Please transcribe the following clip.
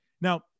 Now